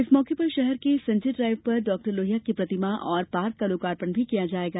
इस मौके पर शहर के संजय ड्राइव पर डॉक्टर लोहिया की प्रतिमा और पार्क का लोकार्पण भी किया जायेगा